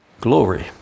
glory